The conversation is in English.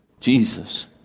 Jesus